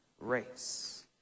race